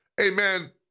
amen